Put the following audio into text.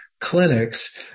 clinics